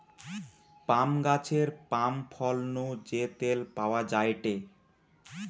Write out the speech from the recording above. পাম গাছের পাম ফল নু যে তেল পাওয়া যায়টে